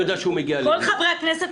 זומנו